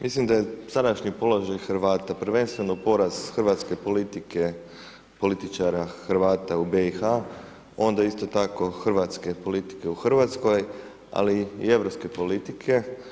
Mislim da je sadašnji položaj Hrvata prvenstveno poraz hrvatske politike, političara Hrvata u BIH, onda isto tako hrvatske politike u Hrvatskoj, ali i europske politike.